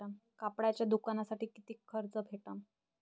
कापडाच्या दुकानासाठी कितीक कर्ज भेटन?